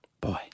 Boy